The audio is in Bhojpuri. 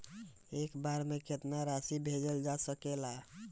एक बार में केतना राशि भेजल जा सकेला?